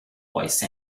voice